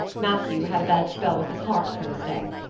matthew had a bad spell with his heart thursday,